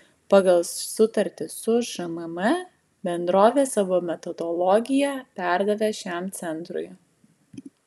pagal sutartį su šmm bendrovė savo metodologiją perdavė šiam centrui